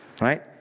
right